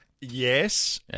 Yes